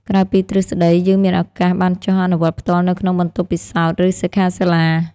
ក្រៅពីទ្រឹស្តី យើងមានឱកាសបានចុះអនុវត្តផ្ទាល់នៅក្នុងបន្ទប់ពិសោធន៍ ឬសិក្ខាសាលា។